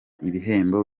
ibihembo